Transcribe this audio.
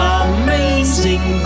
amazing